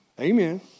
Amen